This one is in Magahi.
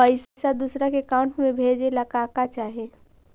पैसा दूसरा के अकाउंट में भेजे ला का का चाही?